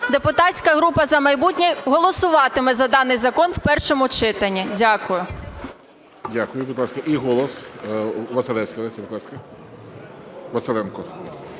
Депутатська група "За майбутнє" голосуватиме за даний закон в першому читанні. Дякую.